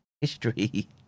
history